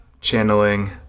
channeling